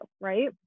right